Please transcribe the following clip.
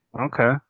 Okay